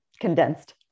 condensed